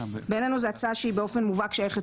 בעינינו זו הצעה שהיא באופן מובהק שייכת